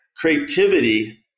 creativity